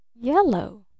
yellow